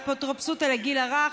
אפוטרופסות על הגיל הרך.